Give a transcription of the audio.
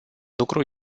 lucru